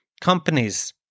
companies